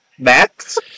Max